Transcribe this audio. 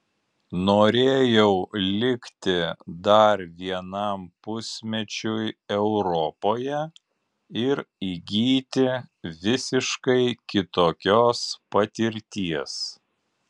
norėjau likti dar vienam pusmečiui europoje ir įgyti visiškai kitokios patirties